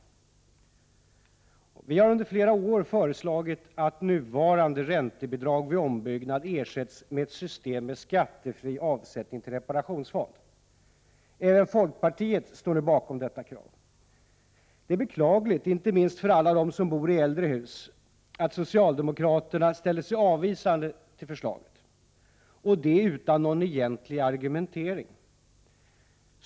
Vi har under flera år föreslagit att nuvarande räntebidrag vid ombyggnad skall ersättas med ett system med skattefri avsättning till reparationsfond. Även folkpartiet står nu bakom detta krav. Det är beklagligt — inte minst för alla dem som bor i äldre hus — att socialdemokraterna ställer sig avvisande till detta förslag och gör det utan någon egentlig argumentation.